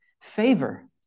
favor